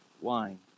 wine